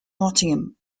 nottingham